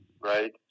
Right